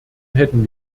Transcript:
hätten